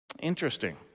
Interesting